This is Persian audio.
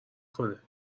کنه